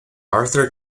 arthur